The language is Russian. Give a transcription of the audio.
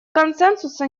консенсуса